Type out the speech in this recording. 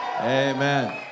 Amen